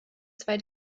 zwei